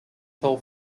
toll